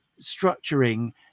Structuring